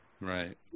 Right